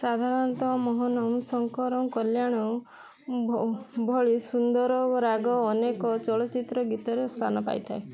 ସାଧାରଣତଃ ମୋହନମ୍ ଶଙ୍କରମ୍ କଲ୍ୟାଣ ଭଳି ସୁନ୍ଦର ରାଗ ଅନେକ ଚଳଚ୍ଚିତ୍ର ଗୀତରେ ସ୍ଥାନ ପାଇଥାଏ